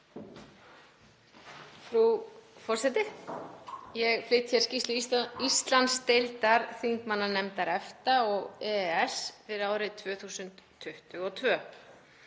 Frú forseti. Ég flyt hér skýrslu Íslandsdeildar þingmannanefndar EFTA og EES fyrir árið 2022.